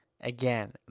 Again